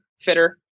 fitter